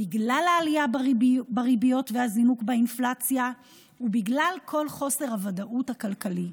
בגלל העלייה בריביות והזינוק באינפלציה ובגלל כל חוסר הוודאות הכלכלי.